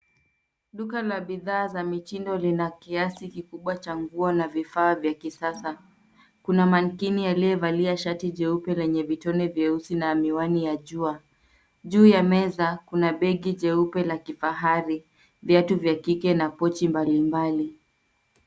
Duka la bidhaa za mitindo lina kiasi kikubwa cha nguo na vifaa vya kisasa. Kuna manikini aliyevalia shati jeupe lenye vitone vyeusi na miwani ya jua. Juu ya meza kuna begi jeupe la kifahari, viatu vya kike na pochi mbalimbali.